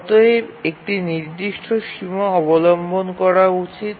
অতএব একটি নির্দিষ্ট সীমা অবলম্বন করা উচিত